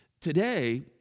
Today